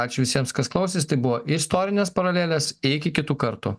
ačiū visiems kas klausėsi tai buvo istorinės paralelės iki kitų kartų